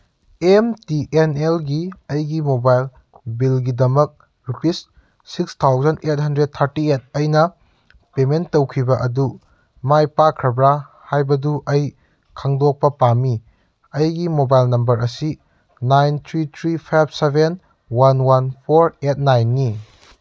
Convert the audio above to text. M T N ꯑꯦꯜꯒꯤ ꯑꯩꯒꯤ mobile ꯕꯤꯜꯒꯤꯗꯃꯛ rupees six thousand eight hundred thirty eight ꯑꯩꯅ ꯄꯦꯃꯦꯟ ꯇꯧꯈꯤꯕ ꯑꯗꯨ ꯃꯥꯏ ꯄꯥꯛꯈ꯭ꯔꯕ꯭ꯔꯥ ꯍꯥꯏꯕꯗꯨ ꯑꯩ ꯈꯪꯗꯣꯛꯄ ꯄꯥꯝꯃꯤ ꯑꯩꯒꯤ ꯃꯣꯕꯥꯏꯜ ꯅꯝꯕꯔ ꯑꯁꯤ nine three three five seven one one four eight ꯅꯥꯏꯟꯅꯤ